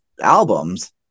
albums